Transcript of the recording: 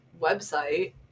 website